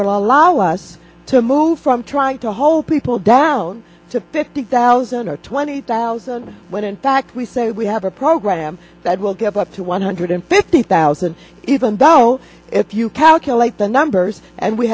all allow us to move from trying to hold people down to fifty thousand or twenty thousand when in fact we say we have a program that will give up to one hundred fifty thousand even though if you calculate the numbers and we